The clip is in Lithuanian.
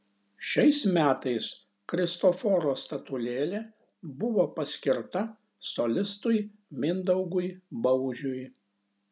šiais metais kristoforo statulėlė buvo paskirta solistui mindaugui baužiui